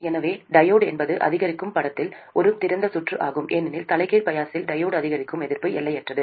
எனவே டையோடு என்பது அதிகரிக்கும் படத்தில் ஒரு திறந்த சுற்று ஆகும் ஏனெனில் தலைகீழ் பயாஸில் டையோடு அதிகரிக்கும் எதிர்ப்பு எல்லையற்றது